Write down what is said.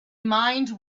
mind